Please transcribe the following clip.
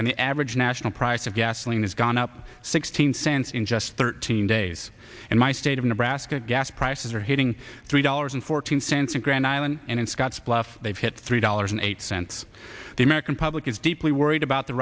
and the average national price of gasoline has gone up sixteen sands in just thirteen days and my state of nebraska gas prices are hitting three dollars and fourteen cents in grand island and scottsbluff they've hit three dollars in eight cents the american public is deeply worried about the